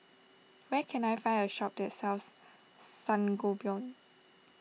where can I find a shop that sells Sangobion